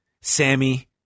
Sammy